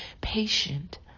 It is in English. patient